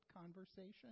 conversation